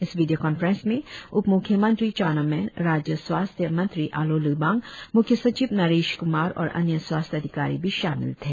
इस video conference में उप म्ख्यमंत्री चाऊना मेन राज्य स्वास्थ्य मंत्री आलो लिबांग म्ख्य सचिव नरेश कुमार और अन्य स्वास्थ्य अधिकारी भी शामिल थे